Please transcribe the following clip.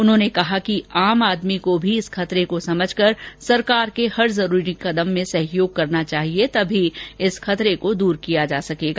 उन्होंने कहा कि आम आदमी को भी इस खतरे को समझकर सरकार के हर जरूरी कदम में सहयोग करना चाहिए तभी इस खतरे को दूर किया जा सकेगा